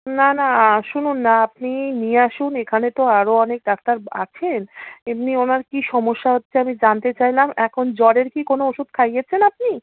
না না শুনুন না আপনি নিয়ে আসুন এখানে তো আরও অনেক ডাক্তার আছেন এমনি ওনার কী সমস্যা হচ্ছে আমি জানতে চাইলাম এখন জ্বরের কি কোনো ওষুধ খাইয়েছেন আপনি